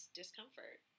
discomfort